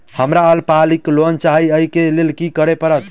हमरा अल्पकालिक लोन चाहि अई केँ लेल की करऽ पड़त?